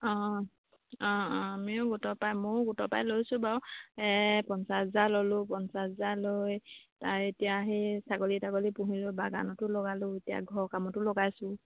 অঁ অঁ অঁ আমিও গোটৰ পৰাই মইও গোটৰ পৰাই লৈছোঁ বাৰু এই পঞ্চাছ হাজাৰ ল'লোঁ পঞ্চাছ হাজাৰ লৈ তাৰ এতিয়া সেই ছাগলী তাগলী পুহিলোঁ বাগানতো লগালোঁ এতিয়া ঘৰৰ কামতো লগাইছোঁ